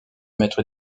maître